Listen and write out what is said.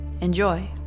Enjoy